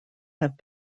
have